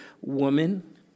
woman